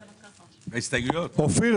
לבסוף ברוח ההצעה התכנסנו - למרות שבסופו של דבר